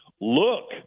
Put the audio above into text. look